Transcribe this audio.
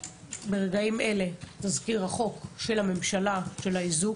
שברגעים אלה יוצא תזכיר החוק של הממשלה בנושא האיזוק.